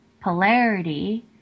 polarity